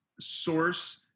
source